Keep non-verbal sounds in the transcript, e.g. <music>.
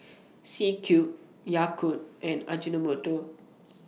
<noise> C Cube Yakult and Ajinomoto